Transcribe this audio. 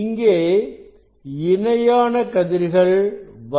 இங்கே இணையான கதிர்கள் வருகின்றன